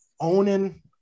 owning